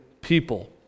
people